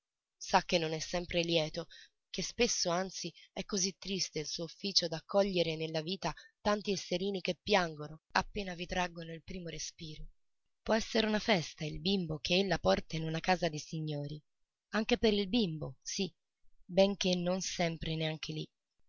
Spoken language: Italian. sa che non è sempre lieto che spesso anzi è così triste il suo ufficio d'accogliere nella vita tanti esserini che piangono appena vi traggono il primo respiro può essere una festa il bimbo ch'ella porta in una casa di signori anche per il bimbo sì benché non sempre neanche lì